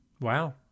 Wow